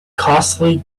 costly